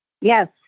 Yes